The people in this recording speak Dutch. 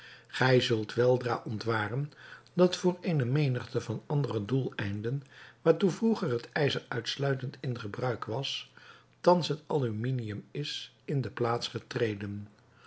gij zult weldra ontwaren dat voor eene menigte van andere doeleinden waartoe vroeger het ijzer uitsluitend in gebruik was thans het aluminium is in de plaats getreden